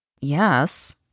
Yes